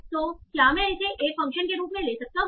तो क्या मैं इसे एक फ़ंक्शन के रूप में ले सकता हूं